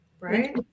right